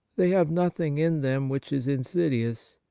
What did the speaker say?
they have nothing in them which is insidious,